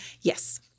Yes